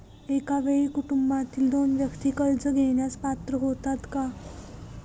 एका वेळी कुटुंबातील दोन व्यक्ती कर्ज घेण्यास पात्र होतात का?